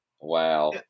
Wow